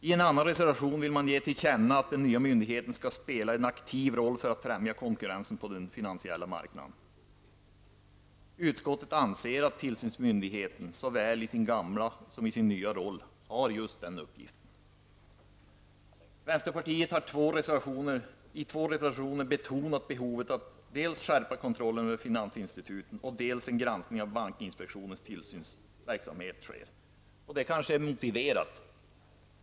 I en annan reservation vill man ge till känna att den nya myndigheten skall spela en aktiv roll för att främja konkurrensen på den finansiella marknaden. Utskottet anser att tillsynsmyndigheten, såväl i sin gamla roll som i sin nya, har den uppgiften. Vänsterpartiet har i två reservationer betonat behovet av att dels skärpa kontrollen över finansinstituten och dels att en granskning av bankinspektionens tillsynsverksamhet sker.